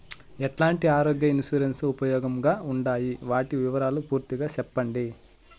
ఎట్లాంటి ఆరోగ్య ఇన్సూరెన్సు ఉపయోగం గా ఉండాయి వాటి వివరాలు పూర్తిగా సెప్పండి?